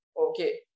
okay